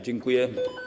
Dziękuję.